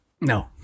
No